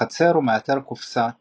בחצר הוא מאתר קופסה קבורה.